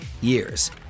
years